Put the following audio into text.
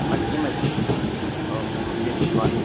مکی مسجد اور مسجدِ رضوان